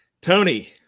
Tony